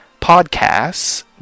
podcasts